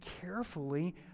carefully